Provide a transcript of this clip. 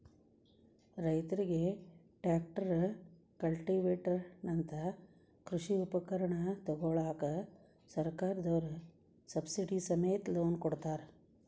ರೈತರಿಗೆ tractor, cultivator ನಂತ ಕೃಷಿ ಉಪಕರಣ ತೊಗೋಳಾಕ ಸರ್ಕಾರದವ್ರು ಸಬ್ಸಿಡಿ ಸಮೇತ ಲೋನ್ ಕೊಡ್ತಾರ